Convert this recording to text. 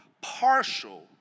partial